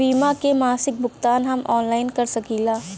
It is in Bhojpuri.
बीमा के मासिक भुगतान हम ऑनलाइन भी कर सकीला?